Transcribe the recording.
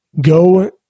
Go